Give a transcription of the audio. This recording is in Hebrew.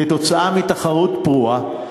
כתוצאה מתחרות פרועה,